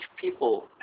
people